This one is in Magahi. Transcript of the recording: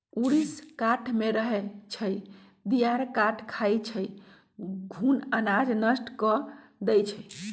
ऊरीस काठमे रहै छइ, दियार काठ खाई छइ, घुन अनाज नष्ट कऽ देइ छइ